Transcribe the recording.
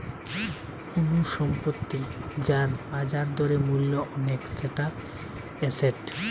কুনু সম্পত্তি যার বাজার দরে মূল্য অনেক সেটা এসেট